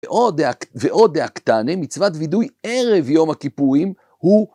ועוד דעה קטנה מצוות וידוי ערב יום הכיפויים הוא